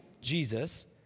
Jesus